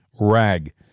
rag